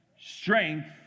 Strength